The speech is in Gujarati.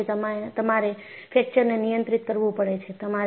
આ રીતે તમારે ફ્રેકચરને નિયંત્રિત કરવું પડે છે